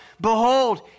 Behold